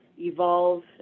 evolve